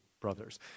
brothers